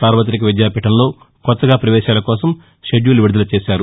సార్వతిక విద్యాపీఠంలో కొత్తగా పవేశాల కోసం షెడ్యూల్ విడుదల చేశారు